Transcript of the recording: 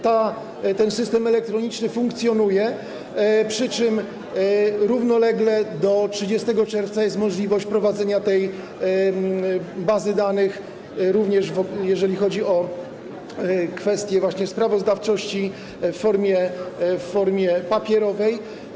Ten system elektroniczny funkcjonuje, przy czym równolegle do 30 czerwca jest możliwość prowadzenia tej bazy danych również, jeżeli chodzi o kwestie sprawozdawczości, w formie papierowej.